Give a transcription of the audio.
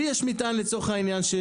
לי יש מטען לצורך העניין.